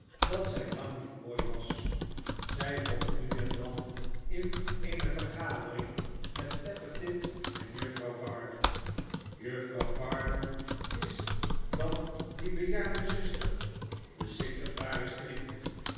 dat zij lang niet mooi was zijkomtnu en dan in eene vergadering met tappertit en juffrouw varden juffrouw varden is dan die bejaarde zuster de secretaris knikte